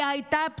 היא הייתה פצועה,